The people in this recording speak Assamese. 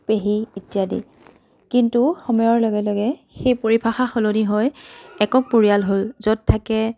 পেহী ইত্যাদি কিন্তু সময়ৰ লগে লগে সেই পৰিভাষা সলনি হৈ একক পৰিয়াল হ'ল য'ত থাকে